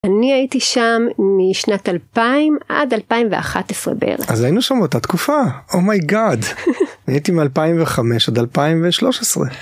אני הייתי שם משנת 2000 עד 2011 בערך. אז היינו שם אותה תקופה, אומייגאד. הייתי מ-2005 עד 2013.